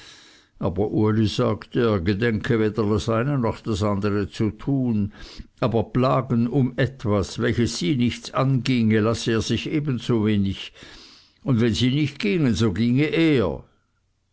aber uli sagte er gedenke weder das eine noch das andere zu tun aber plagen um etwas welches sie nichts anginge lasse er sich ebenso wenig und wenn sie nicht gingen so ginge er